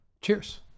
Cheers